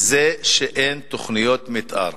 זה שאין תוכניות מיתאר.